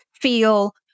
feel